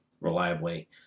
reliably